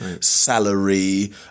salary